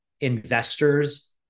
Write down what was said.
investors